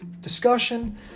discussion